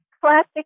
classic